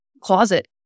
closet